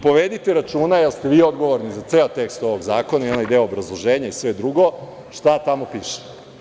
Povedite računa, jer ste vi odgovorni za ceo tekst ovog zakona i onaj deo obrazloženja i sve drugo, šta tamo piše.